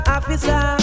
Officer